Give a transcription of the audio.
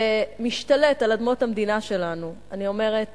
ומשתלט על אדמות המדינה שלנו, אני אומרת